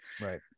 right